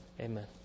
Amen